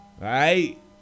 right